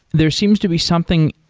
there seems to be something,